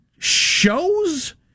shows